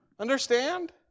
Understand